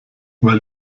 weil